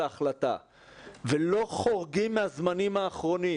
ההחלטה ולא חורגים מהזמנים האחרונים.